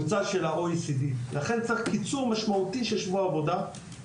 לכן צריך קיצור משמעותי של שבוע העבודה והגדלת החופשות,